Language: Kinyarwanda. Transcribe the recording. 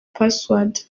password